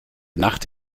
nacht